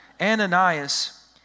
Ananias